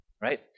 right